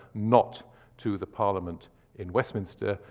not to the parliament in westminster.